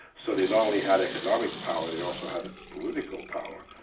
so they not only had economic power, they also had political power,